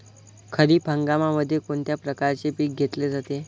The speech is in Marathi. खरीप हंगामामध्ये कोणत्या प्रकारचे पीक घेतले जाते?